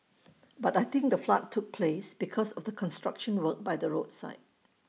but I think the flood took place because of the construction work by the roadside